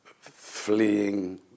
fleeing